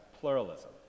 pluralism